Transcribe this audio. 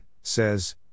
says